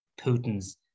Putin's